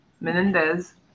Menendez